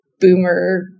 boomer